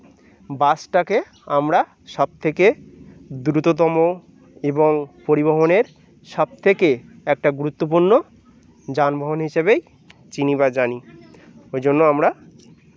বাসটাকে আমরা সবথেকে দ্রুততম এবং পরিবহনের সবথেকে একটা গুরুত্বপূর্ণ যানবাহন হিসেবেই চিনি বা জানি ওই জন্য আমরা